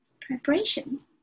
preparation